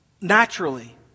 naturally